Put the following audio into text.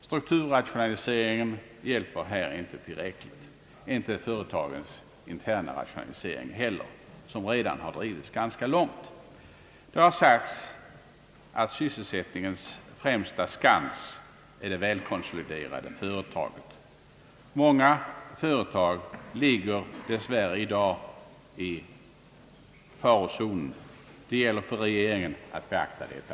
Strukturrationalisering hjälper inte tillräckligt och inte heller företagens interna rationalisering, som redan har drivits ganska långt. Det har sagts att sysselsättningens främsta skans är det väl konsoliderade företaget. Många företag ligger dess värre i dag i farozonen, Det gäller för regeringen att beakta detta.